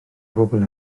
bobol